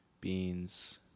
Beans